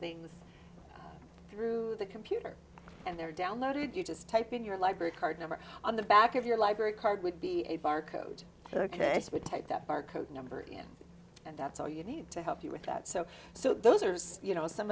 things through the computer and they're downloaded you just type in your library card number on the back of your library card would be a barcode ok take that barcode number in and that's all you need to help you with that so so those are you know some